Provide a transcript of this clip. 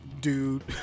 dude